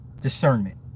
discernment